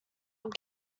will